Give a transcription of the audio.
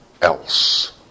else